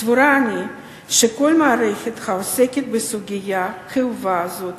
סבורה אני שכל המערכות העוסקות בסוגיה כאובה זאת